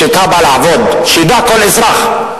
שידע כל אזרח,